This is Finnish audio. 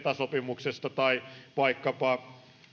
sopimuksesta tai vaikkapa